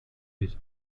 his